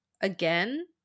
again